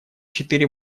четыре